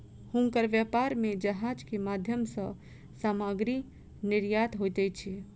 हुनकर व्यापार में जहाज के माध्यम सॅ सामग्री निर्यात होइत अछि